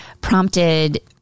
prompted